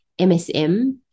MSM